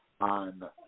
on